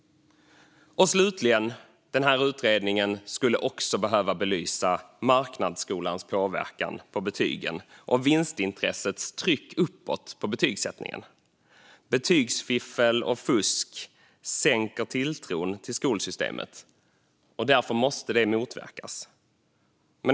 Slutligen skulle utredningen också behöva belysa marknadsskolans påverkan på betygen och vinstintressets tryck uppåt på betygsättningen. Betygsfiffel och fusk sänker tilltron till skolsystemet. Därför måste det motverkas.